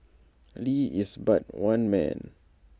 lee is but one man